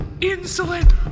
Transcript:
insolent